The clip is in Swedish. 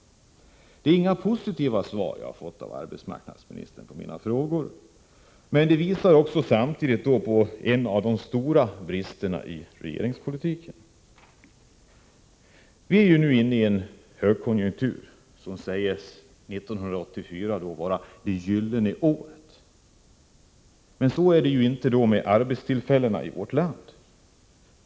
Det är inga positiva svar som jag har fått av arbetsmarknadsministern. Detta visar samtidigt en av de stora bristerna i regeringspolitiken. Vi är nu inne i en högkonjunktur, och 1984 sägs vara det gyllene året. Så är det inte i fråga om arbetstillfällena i vårt land.